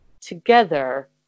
together